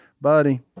buddy